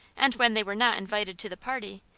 and when they were not invited to the party,